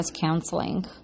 Counseling